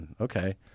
okay